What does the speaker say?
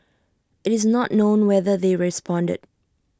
IT is not known whether they responded